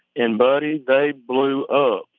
and buddy, they blew up.